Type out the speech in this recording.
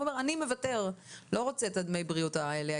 אז הוא מחליט שהוא לא רוצה את שירותי הבריאות הישראליים,